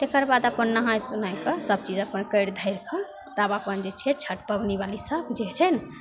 तकर बाद अपन नहै सोनैके सबचीज अपन करि धरिके तबे अपन जे छै छठि पबनीवालीसब जे होइ छै ने